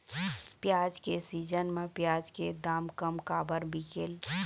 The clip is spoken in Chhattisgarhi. प्याज के सीजन म प्याज के दाम कम काबर बिकेल?